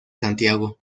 santiago